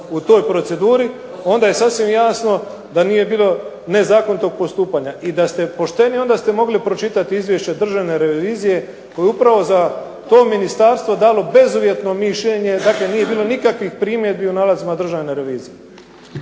u toj proceduri onda je sasvim jasno da nije bilo nezakonitog postupanja. I da ste pošteni onda ste mogli pročitati izvješće Državne revizije koji je upravo za to ministarstvo dalo bezuvjetno mišljenje, dakle nije bilo nikakvih primjedbi u nalazima Državne revizije.